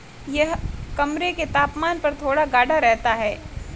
यह कमरे के तापमान पर थोड़ा गाढ़ा रहता है